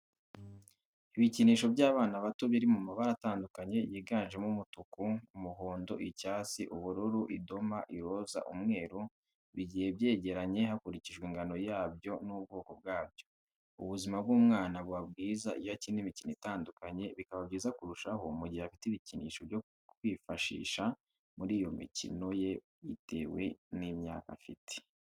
Ibikinisho by'abana bato biri mu mabara atandukanye yiganjemo umutuku, umuhondo, icyatsi ,ubururu, idoma, iroza, umweru, bigiye byegeranye hakurikijwe ingano yabyo n'ubwokobwabyo, ubuzima bw'umwana buba bwiza iyo akina imikino itandukanye, bikaba byiza kurushaho mu gihe afite ibikinisho byo kwifashisha muri iyo mikino ye bitewe n'imyaka afite.